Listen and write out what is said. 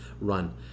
run